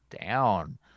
down